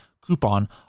coupon